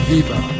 Viva